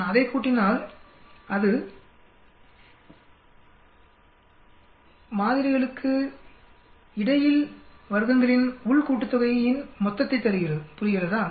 நான் அதைக்கூட்டினால் அது மாதிரிகளுக்கு இடையில் வர்க்கங்களின் உள் கூட்டுத்தொகையின் மொத்தத்தைத் தருகிறது புரிகிறதா